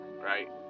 right